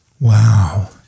Wow